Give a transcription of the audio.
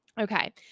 Okay